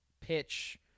pitch